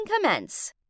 commence